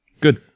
Good